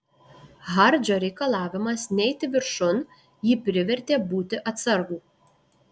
hardžio reikalavimas neiti viršun jį privertė būti atsargų